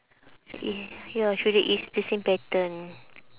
should be ya acually it's the same pattern